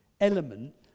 element